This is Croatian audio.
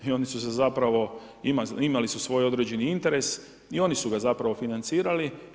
I oni su se zapravo, imali su svoj određeni interes i oni su ga zapravo financirali.